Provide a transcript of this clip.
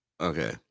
Okay